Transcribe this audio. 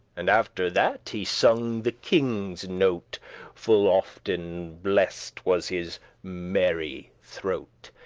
and after that he sung the kinge's note full often blessed was his merry throat.